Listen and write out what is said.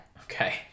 Okay